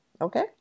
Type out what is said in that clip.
okay